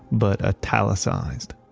but italicized.